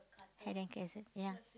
ya